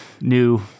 new